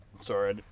sorry